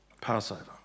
Passover